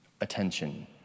attention